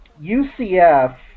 UCF